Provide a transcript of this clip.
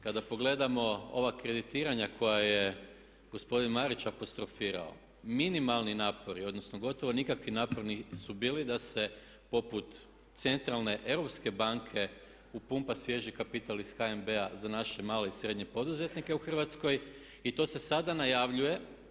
Kada pogledamo ova kreditiranja koja je gospodin Marić apostrofirao minimalni napori, odnosno gotovo nikakvi napori su bili da se poput Centralne europske banke upumpa svježi kapital ih HNB-a za naše male i srednje poduzetnike u Hrvatskoj i to se sada najavljuje.